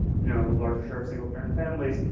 you know larger share of single-parent families.